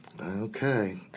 Okay